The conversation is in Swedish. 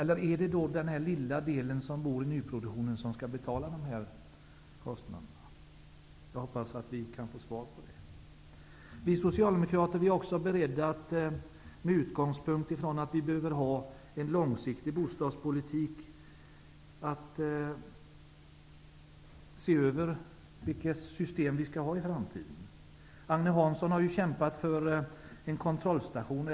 Eller är det den lilla andelen boende i nyproduktionen som skall betala kostnaderna? Jag hoppas att jag kan få svar på den frågan. Vi socialdemokrater är också beredda att, med utgångspunkt från att det behövs en långsiktig bostadspolitik, se över vilka system vi skall ha i framtiden. Agne Hansson har kämpat för en kontrollstation.